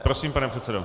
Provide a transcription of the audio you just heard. Prosím, pane předsedo.